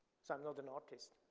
so not an artist.